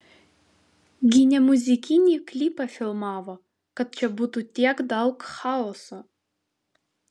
gi ne muzikinį klipą filmavo kad čia būtų tiek daug chaoso